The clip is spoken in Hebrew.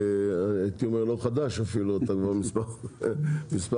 לא חדש אפילו, אתה כבר מספר חודשים.